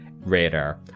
radar